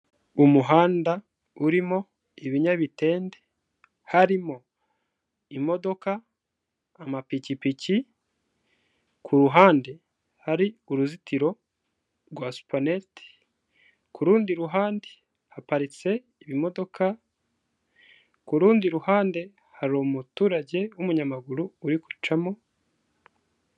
Umuhanda urimo ibinyabitende, harimo imodoka, amapikipiki, ku ruhande hari uruzitiro rwa supanete, ku rundi ruhande haparitse ibimodoka, ku rundi ruhande hari umuturage w'umunyamaguru uri gucamo.